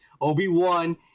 Obi-Wan